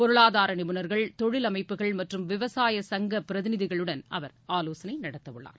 பொருளாதாரநிபுணர்கள் தொழில் அமைப்புகள் மற்றும் விவசாயசங்கபிரதிநிதிகளுடன் அவர் ஆலோசனைநடத்தஉள்ளார்